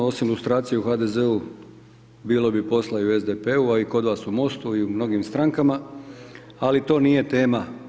Osim lustracije u HDZ-u bilo bi posla i u SDP-u, a i kod vas u Most-u i u mnogim strankama, ali to nije tema.